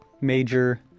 major